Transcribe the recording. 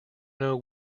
know